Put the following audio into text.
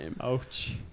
Ouch